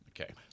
Okay